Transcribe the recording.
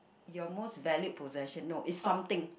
your most valued possession not it's something